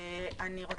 מתנצלת, אני צריכה לצאת.